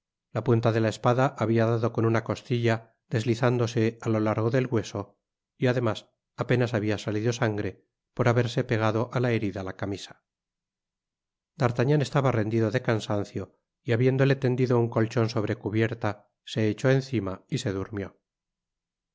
la punta de la espada habiadado con una costilla deslizándose á lo largo del hueso y además apenas había salido sangre por haberse pegado á la herida la camisa d'artagnan estaba rendido de cansancio y habiéndole tendido un colchon sobre cubierta se echó encima y se durmió